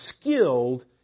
skilled